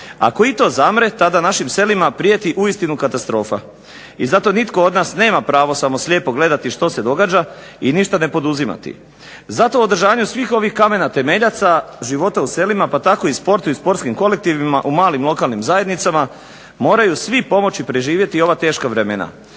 Ako i to zamre tada našim selima prijeti uistinu katastrofa. I zato nitko od nas nema pravo samo slijepo gledati što se događa i ništa ne poduzimati. Zato u održavanju svih ovih kamena temeljaca života u selima pa tako i u sportu i u sportskim kolektivima u malim lokalnim zajednicama moraju svi pomoći preživjeti ova teška vremena